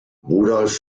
rudolf